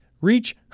reach